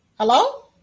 Hello